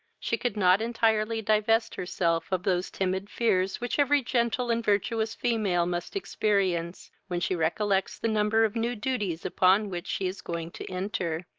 she could not entirely divest herself of those timid fears which every gentle and virtuous female must experience when she recollects the number of new duties upon which she is going to enter,